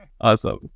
Awesome